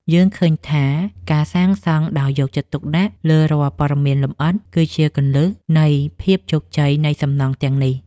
យើងឃើញថាការសាងសង់ដោយយកចិត្តទុកដាក់លើរាល់ព័ត៌មានលម្អិតគឺជាគន្លឹះនៃភាពជោគជ័យនៃសំណង់ទាំងនេះ។